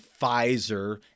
Pfizer